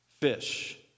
fish